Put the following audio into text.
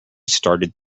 started